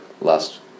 last